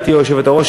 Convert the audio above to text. גברתי היושבת-ראש,